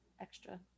extra